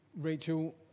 Rachel